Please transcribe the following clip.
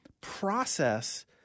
process